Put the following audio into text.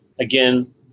again